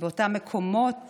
באותם מקומות